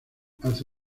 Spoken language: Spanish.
hace